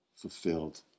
Fulfilled